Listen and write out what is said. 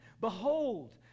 behold